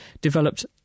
developed